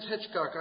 Hitchcock